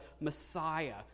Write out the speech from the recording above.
Messiah